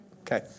Okay